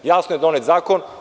Jasno je donet zakon.